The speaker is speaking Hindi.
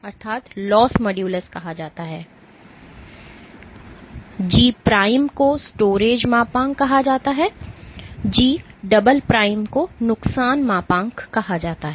G "को नुकसान मापांक कहा जाता है